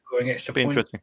interesting